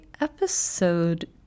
episode